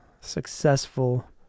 successful